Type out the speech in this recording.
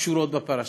הקשורות בפרשה.